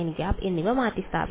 nˆ എന്നിവ മാറ്റിസ്ഥാപിക്കും